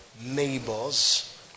Neighbors